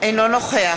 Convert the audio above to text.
אינו נוכח